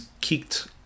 kicked